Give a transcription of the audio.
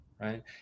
Right